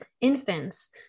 infants